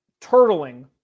turtling